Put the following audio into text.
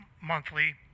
monthly